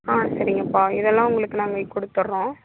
ஆ சரிங்கப்பா இதெல்லாம் உங்களுக்கு நாங்கள் கொடுத்துர்றோம்